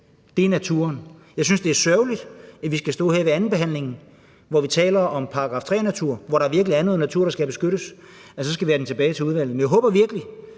er naturen. Jeg synes, det er sørgeligt, at vi skal stå her ved andenbehandlingen og tale om § 3-natur, som virkelig er noget natur, der skal beskyttes, og så skal det tilbage til udvalget. Jeg håber virkelig,